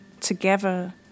together